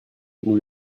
nous